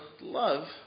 love